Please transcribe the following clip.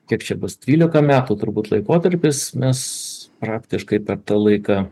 kiek čia bus trylika metų turbūt laikotarpis mes praktiškai per tą laiką